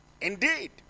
Indeed